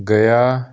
ਗਿਆ